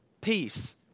peace